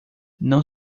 não